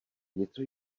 něco